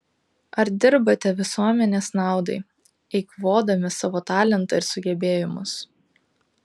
ar dirbate visuomenės naudai eikvodami savo talentą ir sugebėjimus